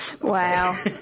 Wow